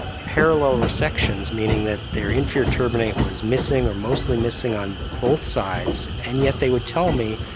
parallel resections, meaning that their inferior turbinate was missing or mostly missing on both sides, and yet they would tell me,